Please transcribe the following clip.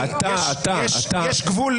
יש גבול,